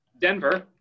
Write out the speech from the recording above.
Denver